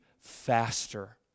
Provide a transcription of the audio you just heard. faster